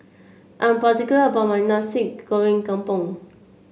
I'm particular about my Nasi Goreng Kampung